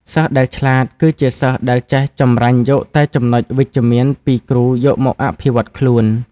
សិស្សដែលឆ្លាត គឺជាសិស្សដែលចេះចម្រាញ់យកតែចំណុចវិជ្ជមានពីគ្រូយកមកអភិវឌ្ឍខ្លួន។